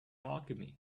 alchemy